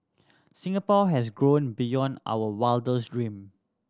Singapore has grown beyond our wildest dream